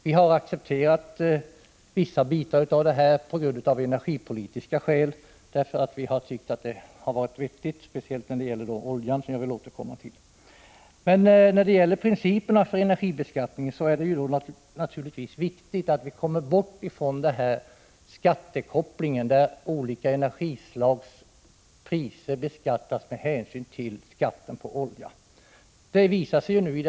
Vi har av energipolitiska skäl accepterat vissa delar av förslaget, som vi har tyckt varit vettiga — speciellt när det gäller oljan, som jag skall återkomma till. När det gäller principerna för energibeskattningen är det naturligtvis viktigt att vi kommer bort från skattekopplingen, dvs. att olika energislag beskattas med hänsyn till skatten på olja. Det framgår av detta betänkande Prot.